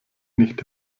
nicht